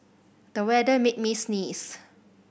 the weather made me sneeze